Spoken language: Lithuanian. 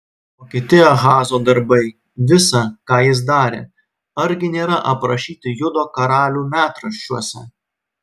o kiti ahazo darbai visa ką jis darė argi nėra aprašyti judo karalių metraščiuose